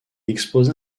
exposa